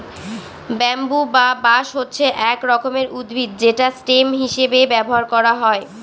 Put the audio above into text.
bamboo বা বাঁশ হচ্ছে এক রকমের উদ্ভিদ যেটা স্টেম হিসেবে ব্যবহার করা হয়